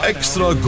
Extra